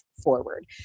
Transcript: forward